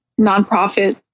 nonprofits